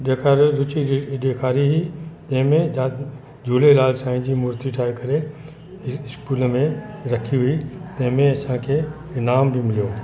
ॾेखारियो रुचि ॾेखारिया ई ही जंहिं में जा झूलेलाल साईं जी मूर्ति ठाहे करे इस्कूल में रखी हुई तंहिं में असांखे इनाम बि मिलियो